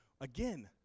Again